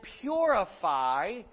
purify